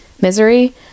misery